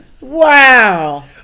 Wow